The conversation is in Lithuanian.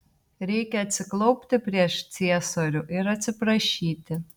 reikia atsiklaupti prieš ciesorių ir atsiprašyti